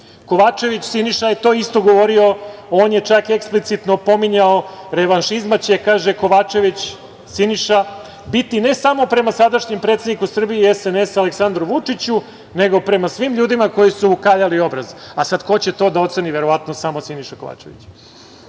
Jeremić. Kovačević Siniša je to isto govorio. On je čak eksplicitno pominjao, revanšima će, kaže Kovačević Siniša, biti ne samo prema sadašnjem predsedniku Srbije i SNS Aleksandru Vučiću, nego prema svim ljudima koji su ukaljali obraz. A sada ko će to da oceni, verovatno samo Siniša Kovačević. Na